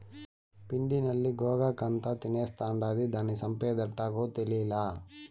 పిండి నల్లి గోగాకంతా తినేస్తాండాది, దానిని సంపేదెట్టాగో తేలీలా